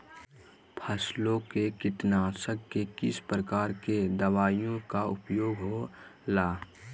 फसलों के कीटनाशक के किस प्रकार के दवाइयों का उपयोग हो ला?